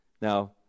Now